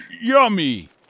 yummy